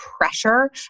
pressure